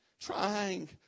trying